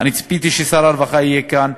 אני ציפיתי ששר הרווחה יהיה כאן,